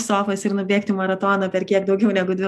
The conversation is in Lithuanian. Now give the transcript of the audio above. sofos ir nubėgti maratoną per kiek daugiau negu dvi